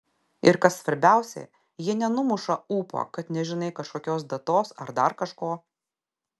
ir kas svarbiausia jie nenumuša ūpo kad nežinai kažkokios datos ar dar kažko